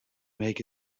make